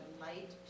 light